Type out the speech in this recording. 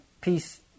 Peace